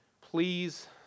please